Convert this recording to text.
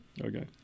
Okay